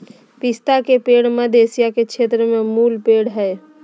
पिस्ता के पेड़ मध्य एशिया के क्षेत्र के मूल पेड़ हइ